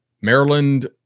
Maryland